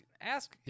ask